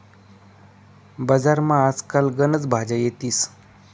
बजारमा आज काल गनच भाज्या येतीस